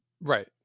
Right